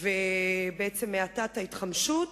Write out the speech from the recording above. ובעצם האטת ההתחמשות.